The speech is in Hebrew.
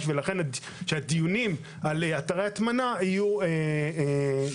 כך שהדיונים על אתרי הטמנה יהיו שוליים.